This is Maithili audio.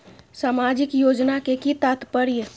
सामाजिक योजना के कि तात्पर्य?